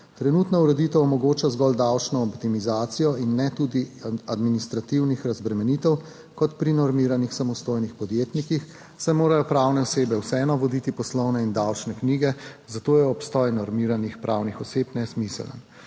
Trenutna ureditev omogoča zgolj davčno optimizacijo in ne tudi administrativnih razbremenitev kot pri normiranih samostojnih podjetnikih, saj morajo pravne osebe vseeno voditi poslovne in davčne knjige, zato je obstoj normiranih pravnih oseb nesmiseln.